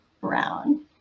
Brown